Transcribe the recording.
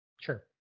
Sure